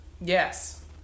Yes